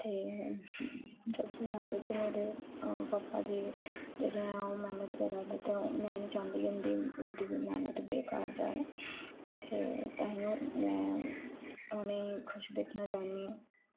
ते सबसे जादा ते मेरे पापा जी जेह्ड़े ऐ ओह् मैह्नत करा दे ते में निं चाहंदी कि उंदी उंदी मैह्नत बेकार जाए ते पैह्ले में उनेंई खुश दिक्खना चाह्नी आं